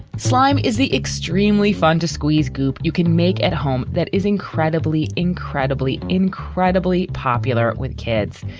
slime is the extremely fun to squeeze goop you can make at home. that is incredibly, incredibly, incredibly popular with kids.